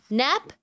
nap